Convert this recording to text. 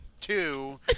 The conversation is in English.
two